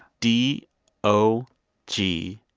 d o g.